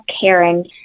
caring